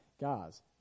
Guys